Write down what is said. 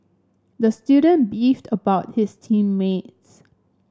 the student beefed about his team mates